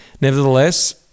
nevertheless